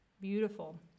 Beautiful